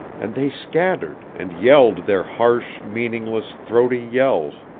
and they scattered, and yelled their harsh, meaningless, throaty yells.